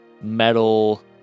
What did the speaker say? metal